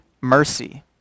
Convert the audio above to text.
mercy